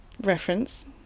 reference